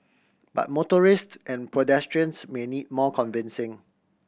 but motorists and pedestrians may need more convincing